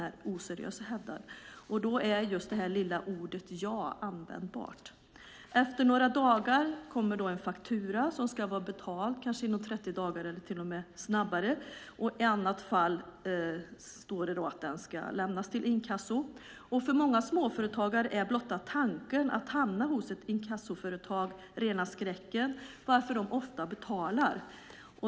Då är det lilla ordet ja användbart. Efter några dagar kommer en faktura som kanske ska vara betald inom 30 dagar eller till och med snabbare. I annat fall lämnas den till inkasso, står det. För många småföretagare är blotta tanken att hamna hos ett inkassoföretag rena skräcken, varför de ofta betalar.